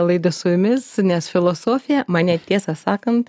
laidą su jumis nes filosofija mane tiesą sakant